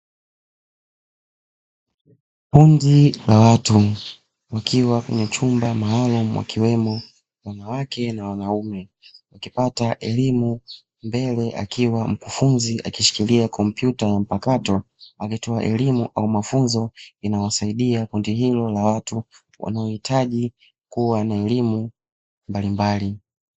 Kundi la watu wakiwa kwenye chumba maalumu, wakiwemo wanawake na wanaume wakipata elimu mbele akiwa mkufunzi akishikilia kompyuta mpakato akitoa elimu au mafunzo yanayowasaidia kundi hilo la watu wanaohitaji kuwa na elimu mbalimbali.